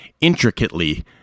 intricately